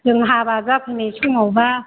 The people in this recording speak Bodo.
जों हाबा जाफैनाय समाव बा